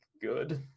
good